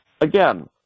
Again